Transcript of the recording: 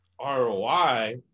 ROI